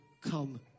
come